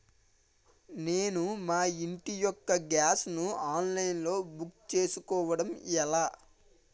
నేను మా ఇంటి యెక్క గ్యాస్ ను ఆన్లైన్ లో బుక్ చేసుకోవడం ఎలా?